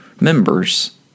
members